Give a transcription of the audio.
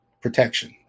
protection